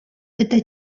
это